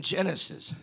Genesis